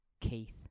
Keith